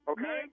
Okay